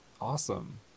Awesome